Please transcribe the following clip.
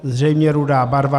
Zřejmě rudá barva.